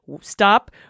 Stop